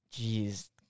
jeez